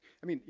i mean you